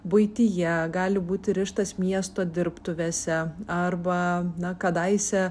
buityje gali būti rištas miesto dirbtuvėse arba na kadaise